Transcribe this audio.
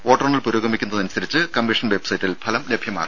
വോട്ടെണ്ണൽ പുരോഗമിക്കുന്നത് അനുസരിച്ച് കമ്മീഷൻ വെബ്സൈറ്റിൽ ഫലം ലഭ്യമാക്കും